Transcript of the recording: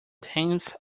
tenth